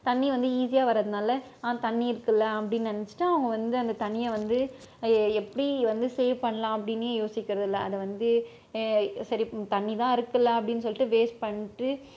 தண்ணி வந்து ஈஸியாக வரதுனால் தண்ணி இருக்கில்ல அப்படின்னு நெனச்சுட்டு அவங்க வந்து அந்த தண்ணியை வந்து எப்படி வந்து சேவ் பண்ணலான் அப்படினே யோசிக்கிறதில்ல அதை வந்து சரி தண்ணிதான் இருக்கில்ல அப்படின்னு சொல்லிட்டு வேஸ்ட் பண்ணிட்டு